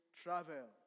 travel